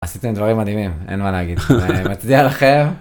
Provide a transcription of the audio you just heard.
עשיתם דברים מדהימים, אין מה להגיד, מצדיע לכם.